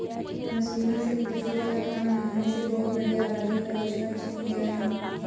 मशीनों से खेती का काम होने से बहुत बड़ी आबादी का रोजगार छिन गया है